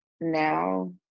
now